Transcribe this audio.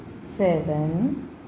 seven